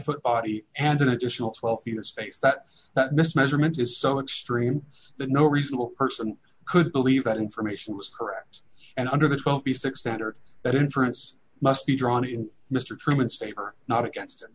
foot body and an additional twelve feet of space that that missed measurement is so extreme that no reasonable person could believe that information was correct and under this won't be six that or that inference must be drawn in mr truman state or not against